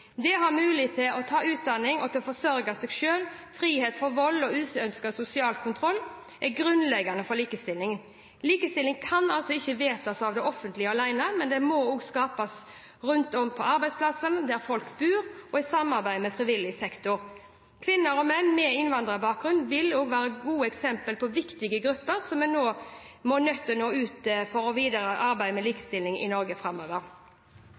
forsørge seg selv, frihet fra vold og uønsket sosial kontroll er grunnleggende for likestilling. Likestilling kan ikke vedtas av det offentlige alene, men må også skapes rundt om på arbeidsplassene, der folk bor, og i samarbeid med frivillig sektor. Kvinner og menn med innvandrerbakgrunn er eksempler på viktige grupper vi er nødt til å nå ut til i det videre arbeidet med likestilling i Norge i årene framover.